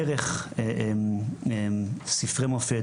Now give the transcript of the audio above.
דרך ספרי מופת,